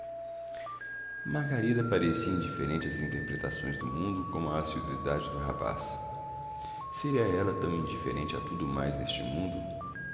margarida parecia indiferente às interpretações do mundo como à assiduidade do rapaz seria ela tão indiferente a tudo mais neste mundo